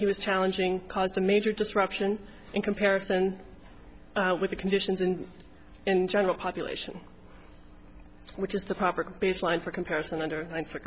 he was challenging caused a major disruption in comparison with the conditions and in general population which is the proper baseline for comparison under and for